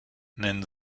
nennen